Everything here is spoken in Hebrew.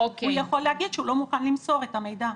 הוא יכול להגיד שהוא לא מוכן למסור את המידע.